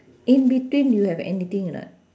in between you have anything or not